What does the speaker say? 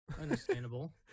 Understandable